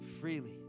freely